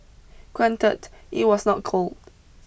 granted it was not gold